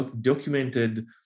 documented